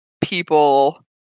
people